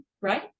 right